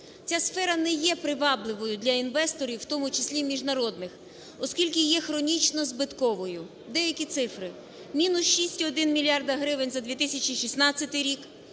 Ця сфера не є привабливою для інвесторів, в тому числі і міжнародних, оскільки є хронічно збитковою. Деякі цифри. Мінус 6,1 мільярд гривень за 2016 рік.